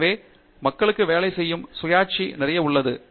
எனவே மக்களுக்கு வேலை செய்யும் சுயாட்சி நிறைய உள்ளது